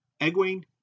Egwene